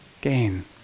gain